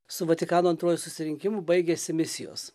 su vatikano antruoju susirinkimu baigėsi misijos